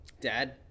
Dad